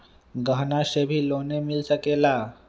गहना से भी लोने मिल सकेला?